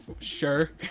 Sure